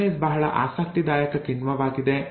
primase ಬಹಳ ಆಸಕ್ತಿದಾಯಕ ಕಿಣ್ವವಾಗಿದೆ